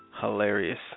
hilarious